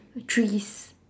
trees